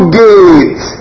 gate